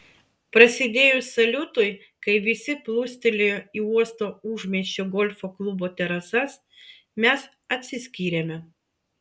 prasidėjus saliutui kai visi plūstelėjo į uosto užmiesčio golfo klubo terasas mes atsiskyrėme